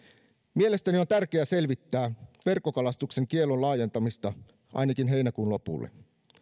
mielestäni on tärkeä selvittää verkkokalastuksen kiellon laajentamista ainakin heinäkuun lopulle